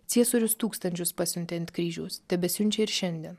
ciesorius tūkstančius pasiuntė ant kryžiaus tebesiunčia ir šiandien